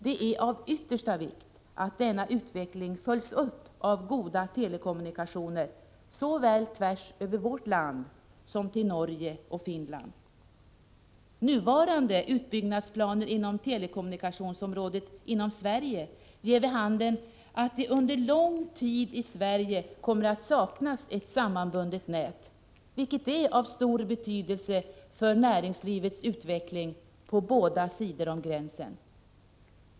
Det är av yttersta vikt att denna utveckling följs upp av goda telekommunikationer, såväl tvärs över vårt land som till Norge och Finland. Nuvarande utbyggnadsplaner inom telekommunikationsområdet inom Sverige ger vid handen att det under lång tid i Sverige kommer att saknas ett sammanbundet nät, vilket är av stor betydelse för näringslivets utveckling på båda sidor om gränsen.